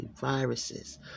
Viruses